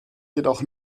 jedoch